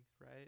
right